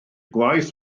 gwaith